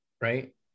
Right